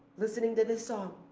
listening to this song.